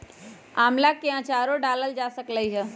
आम्ला के आचारो डालल जा सकलई ह